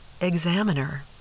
examiner